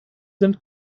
sind